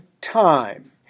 time